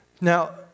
Now